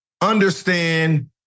understand